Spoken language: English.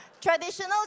Traditional